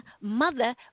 mother